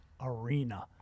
arena